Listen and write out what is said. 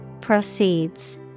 Proceeds